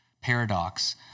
paradox